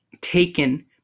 taken